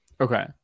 Okay